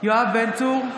יואב בן צור,